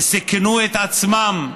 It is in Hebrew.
וסיכנו את עצמם,